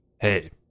Hey